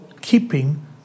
keeping